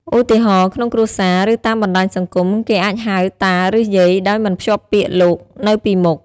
ឧទាហរណ៍ ក្នុងគ្រួសារ ឬតាមបណ្តាញសង្គម គេអាចហៅ "តា" ឬ "យាយ" ដោយមិនភ្ជាប់ពាក្យ "លោក" នៅពីមុខ។